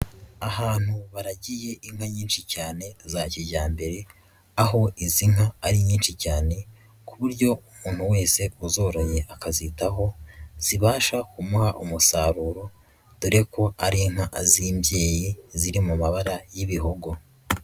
Ahantu baragiye inka nyinshi cyane za kijyambere aho izi nka ari nyinshi cyane ku buryo umuntu wese uzoroye, akazizitaho zibasha kumuha umusaruro dore ko ari inka z'imbyeyi ziri mu mabara y'ibihogo.